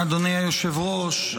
אדוני היושב-ראש,